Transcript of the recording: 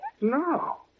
No